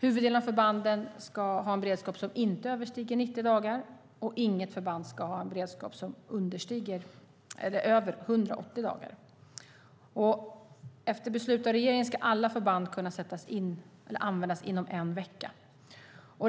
Huvuddelen av förbanden ska ha en beredskap som inte överstiger 90 dagar. Inget förband ska ha en beredskap över 180 dagar. Efter beslut av regeringen ska alla förband kunna användas inom en vecka.